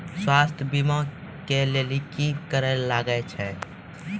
स्वास्थ्य बीमा के लेली की करे लागे छै?